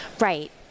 Right